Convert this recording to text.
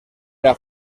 era